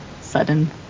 sudden